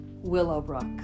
Willowbrook